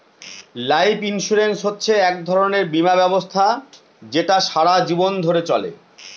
life insurance হচ্ছে এক ধরনের বীমা ব্যবস্থা যেটা সারা জীবন ধরে চলে